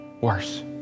worse